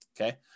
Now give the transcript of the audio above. Okay